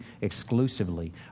exclusively